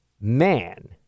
man